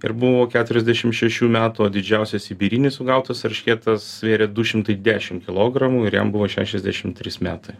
ir buvo keturiasdešim šešių metų o didžiausias sibirinis sugautas eršketas svėrė du šimtai dešim kilogramų ir jam buvo šešiasdešim trys metai